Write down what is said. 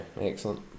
excellent